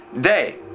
day